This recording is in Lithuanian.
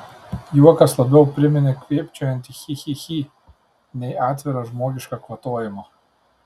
juokas labiau priminė kvėpčiojantį chi chi chi nei atvirą žmogišką kvatojimą